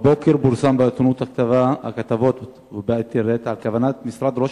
בבוקר פורסמו בעיתונות הכתובה כתבות על כוונת משרד ראש